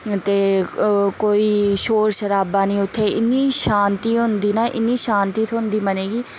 ते कोई शोर शराबा नेईं उत्थें इन्नी शांति होंदी न इन्नी शांति थ्होंदी मनै गी